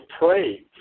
pray